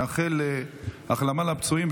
נאחל החלמה לפצועים,